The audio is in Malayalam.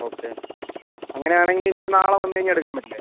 ഓക്കെ അങ്ങനെ ആണെങ്കിൽ ഞാൻ നാളെ വന്ന് കഴിഞ്ഞാൽ എടുക്കാൻ പറ്റില്ലേ